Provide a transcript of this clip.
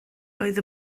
oedd